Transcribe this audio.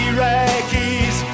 Iraqis